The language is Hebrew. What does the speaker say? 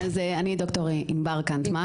אני ד"ר ענבר קנטמן.